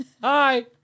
hi